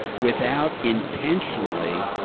without intentionally